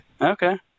Okay